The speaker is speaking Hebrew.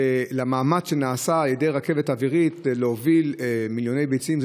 למאמץ שנעשה להוביל מיליוני ביצים על ידי רכבת אווירית.